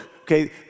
okay